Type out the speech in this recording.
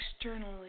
externally